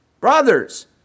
Brothers